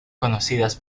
conocidas